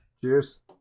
Cheers